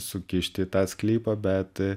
sukišti į tą sklypą bet